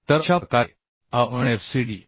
तर अशा प्रकारे आपणएफसीडी